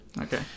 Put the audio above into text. Okay